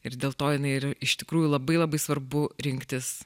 ir dėl to jinai iš tikrųjų labai labai svarbu rinktis